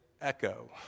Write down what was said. echo